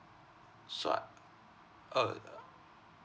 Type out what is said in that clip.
so I orh uh